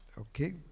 Okay